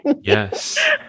yes